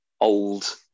old